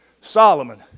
Solomon